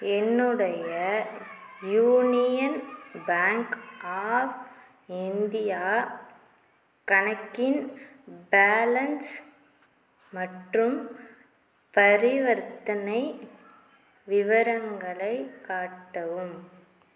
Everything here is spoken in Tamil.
என்னுடைய யூனியன் பேங்க் ஆஃப் இந்தியா கணக்கின் பேலன்ஸ் மற்றும் பரிவர்த்தனை விவரங்களை காட்டவும்